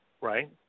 right